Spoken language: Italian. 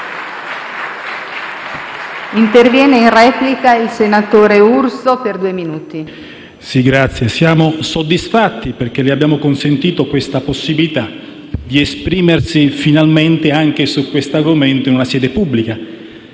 siamo soddisfatti perché le abbiamo dato questa possibilità di esprimersi finalmente su questo argomento anche in una sede pubblica.